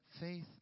faith